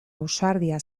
ausardia